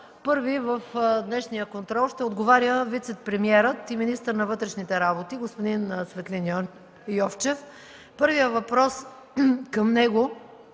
Първи в днешния контрол ще отговаря вицепремиерът и министър на вътрешните работи господин Цветлин Йовчев. Първият въпрос към него